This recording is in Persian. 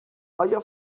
آیا